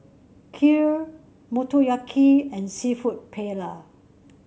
Kheer Motoyaki and seafood Paella